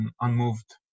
unmoved